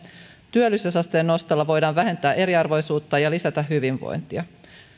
työllisyysasteen nostolla voidaan vähentää eriarvoisuutta ja lisätä hyvinvointia